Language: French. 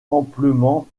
amplement